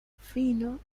fino